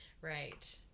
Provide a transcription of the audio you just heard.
Right